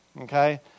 okay